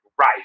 right